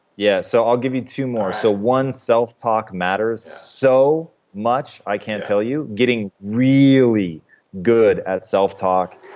yeah. so i'll give you two more. so one, self-talk matters so much i can't tell you getting really good at self-talk.